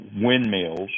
windmills